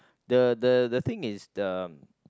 the the the thing is the